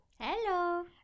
Hello